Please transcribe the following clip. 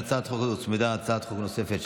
להצעת החוק הזאת הוצמדה הצעת חוק נוספת,